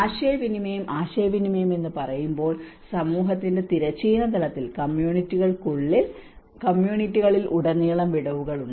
ആശയവിനിമയം ആശയവിനിമയം എന്ന് പറയുമ്പോൾ സമൂഹത്തിന്റെ തിരശ്ചീന തലത്തിൽ കമ്മ്യൂണിറ്റികൾക്കുള്ളിൽ കമ്മ്യൂണിറ്റികളിൽ ഉടനീളം വിടവുകൾ ഉണ്ട്